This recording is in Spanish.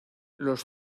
los